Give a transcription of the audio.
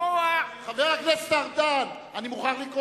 השר ארדן, אסור לך לקרוא